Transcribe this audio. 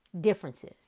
differences